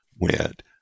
went